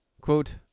quote